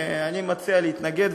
אני מציע להתנגד,